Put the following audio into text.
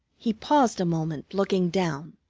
he paused a moment looking down.